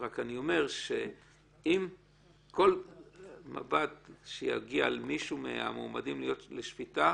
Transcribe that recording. אני רק אומר שכל מב"ד שיגיע על מישהו מהמועמדים לשפיטה,